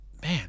Man